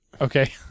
Okay